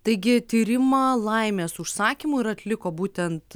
taigi tyrimą laimės užsakymu ir atliko būtent